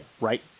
right